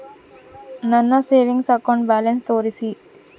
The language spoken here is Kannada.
ನನ್ನ ಸೇವಿಂಗ್ಸ್ ಅಕೌಂಟ್ ಬ್ಯಾಲೆನ್ಸ್ ತೋರಿಸಿ?